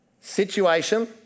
Situation